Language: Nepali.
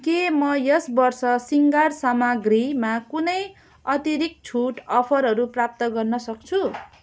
के म यस वर्ष शृङ्गार सामग्रीमा कुनै अतिरिक्त छुट अफरहरू प्राप्त गर्नसक्छु